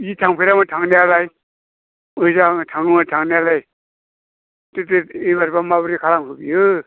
बिदि थांफेरामोन थांनायालाय मोजां थाङोमोन थांनायालाय थोब थोब एबारैबा माबोरै खालामखो बियो